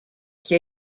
qui